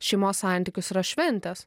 šeimos santykius yra šventės